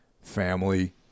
family